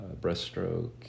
breaststroke